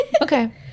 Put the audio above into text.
Okay